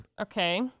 Okay